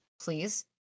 please